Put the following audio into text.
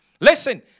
Listen